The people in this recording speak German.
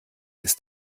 ist